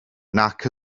nac